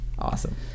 awesome